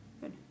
Good